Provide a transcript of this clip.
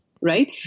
right